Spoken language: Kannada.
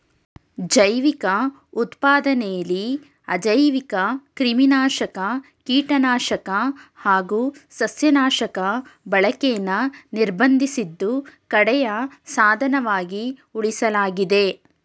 ಜೈವಿಕ ಉತ್ಪಾದನೆಲಿ ಅಜೈವಿಕಕ್ರಿಮಿನಾಶಕ ಕೀಟನಾಶಕ ಹಾಗು ಸಸ್ಯನಾಶಕ ಬಳಕೆನ ನಿರ್ಬಂಧಿಸಿದ್ದು ಕಡೆಯ ಸಾಧನವಾಗಿ ಉಳಿಸಲಾಗಿದೆ